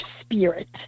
spirit